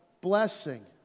blessing